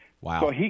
Wow